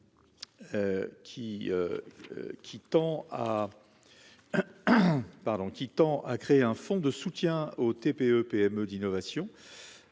qui tend à créer un fonds de soutien aux TPE-PME d'innovation